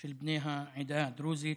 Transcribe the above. של בני העדה הדרוזית.